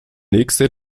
nächste